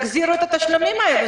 תחזירו את התשלומים האלה.